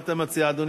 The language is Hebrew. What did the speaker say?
מה אתה מציע, אדוני?